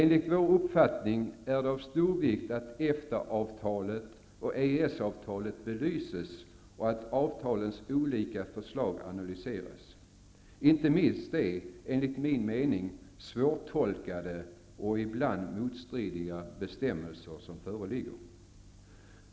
Enligt vår uppfattning är det av stor vikt att Eftaavtalet och EES-avtalet belyses och att avtalens olika delar analyseras; inte minst de, enligt min mening, svårtolkade och ibland motstridiga bestämmelser som föreligger.